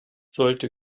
sollte